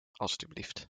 alstublieft